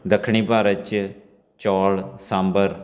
ਦੱਖਣੀ ਭਾਰਤ 'ਚ ਚੌਲ ਸਾਂਬਰ